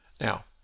Now